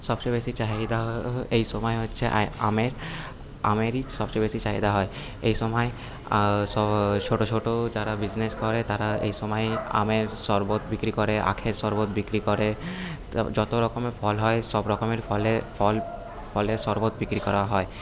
সবচেয়ে বেশি চাহিদা এই সময় হচ্ছে আমের আমেরই সবচেয়ে বেশি চাহিদা হয় এইসময় ছোটো ছোটো যারা বিজনেস করে তারা এই সময় আমের শরবত বিক্রি করে আখের শরবত বিক্রি করে যত রকমের ফল হয় সবরকমের ফলের ফল ফলের শরবত বিক্রি করা হয়